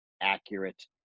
accurate